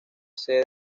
sede